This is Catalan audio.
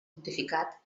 pontificat